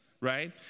right